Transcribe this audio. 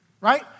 right